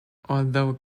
although